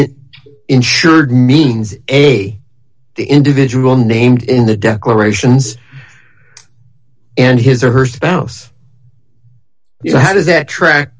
it insured means a the individual named in the declarations and his or her spouse so how does that track